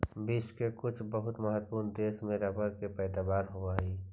विश्व के कुछ बहुत महत्त्वपूर्ण देश में रबर के पैदावार होवऽ हइ